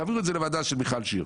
תעבירו את זה לוועדה של מיכל שיר.